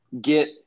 get –